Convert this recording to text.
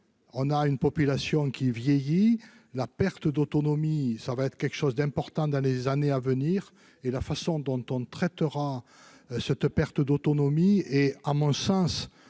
on a une population qui vieillit, la perte d'autonomie, ça va être quelque chose d'important dans les années à venir et la façon dont on ne traitera cette perte d'autonomie et à mon sens